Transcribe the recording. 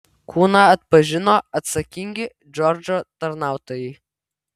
kūną atpažino atsakingi džordžo tarnautojai